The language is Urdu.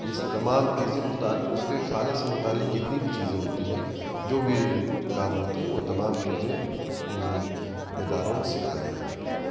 یہ سب تمام چیزیں اس کے کھانے سے متعلق جتنی بھی چیزیں ہوتی ہیں جو بھی کام ہوتے ہیں وہ تمام چیزیں اداروں میں سکھائی جاتی ہیں